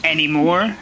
Anymore